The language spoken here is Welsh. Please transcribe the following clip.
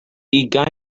ugain